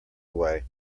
away